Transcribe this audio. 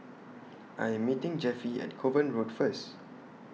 I Am meeting Jeffie At Kovan Road First